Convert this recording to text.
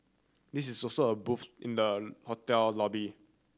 this is also a booth in the hotel lobby